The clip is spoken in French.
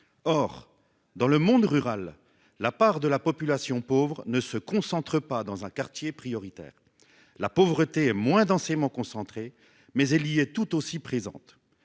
Or, dans le monde rural, la part de la population pauvre ne se concentre pas dans un quartier prioritaire. La pauvreté est moins densément concentrée, mais elle y est tout aussi présente.